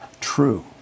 true